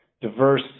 diverse